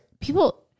people